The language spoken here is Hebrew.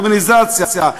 הדמוניזציה,